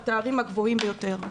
התארים הגבוהים ביותר.